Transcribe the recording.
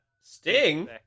Sting